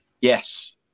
Yes